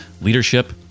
leadership